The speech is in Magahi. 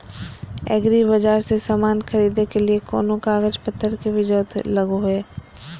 एग्रीबाजार से समान खरीदे के लिए कोनो कागज पतर के भी जरूरत लगो है?